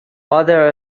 other